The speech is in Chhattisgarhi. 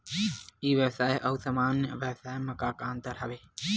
ई व्यवसाय आऊ सामान्य व्यवसाय म का का अंतर हवय?